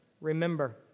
remember